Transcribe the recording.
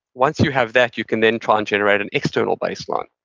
once you have that, you can then try and generate an external baseline.